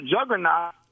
juggernaut